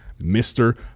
Mr